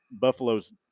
Buffalo's